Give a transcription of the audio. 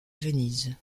venise